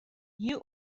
you